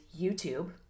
YouTube